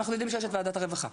אנחנו יודעים שיש את ועדת הרווחה,